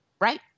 Right